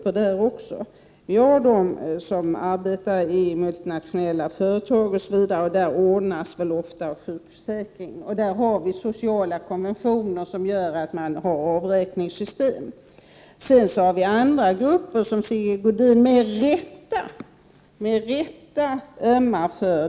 En del arbetar i multinationella företag, där man ofta ordnar sjukförsäkringen åt de anställda. Dessutom finns det sociala konventioner med avräkningssystem. Det finns också andra grupper. Jag tänker då på de människor som Sigge Godin med rätta ömmar för.